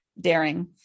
daring